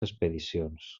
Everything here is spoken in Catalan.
expedicions